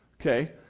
Okay